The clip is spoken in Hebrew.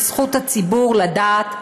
זכות הציבור לדעת,